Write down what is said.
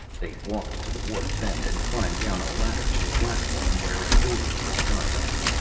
they walked to the wharf's end and climbed down a ladder to a platform where a dory was tied up.